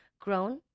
grown